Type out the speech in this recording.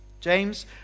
James